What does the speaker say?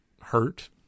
hurt